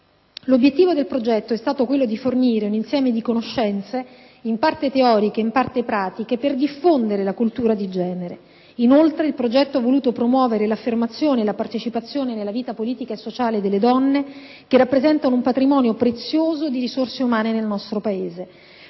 L'obiettivo del progetto è stato quello di fornire un insieme di conoscenze, in parte teoriche, in parte pratiche, per diffondere la cultura di genere. Inoltre, il progetto ha voluto promuovere l'affermazione e la partecipazione nella vita politica e sociale delle donne, che rappresentano un patrimonio prezioso di risorse umane nel nostro Paese.